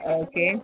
okay